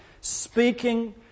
speaking